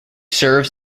serves